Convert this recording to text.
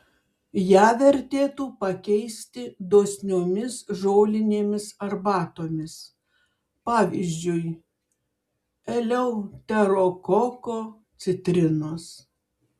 ją vertėtų pakeisti dosniomis žolinėmis arbatomis pavyzdžiui eleuterokoko citrinos